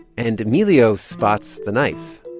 and emilio spots the knife